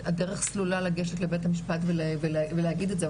הדרך סלולה לגשת לבית משפט ולהגיד את זה,